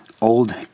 old